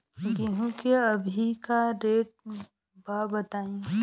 गेहूं के अभी का रेट बा बताई?